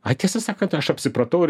ai tiesą sakant aš apsipratau ir